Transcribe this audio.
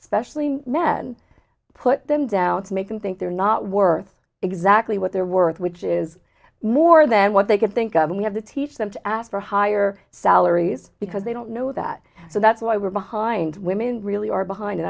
especially men put them down to make them think they're not worth exactly what they're worth which is more than what they could think of we have to teach them to ask for higher salaries because they don't know that so that's why we're behind women really are behind